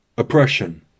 oppression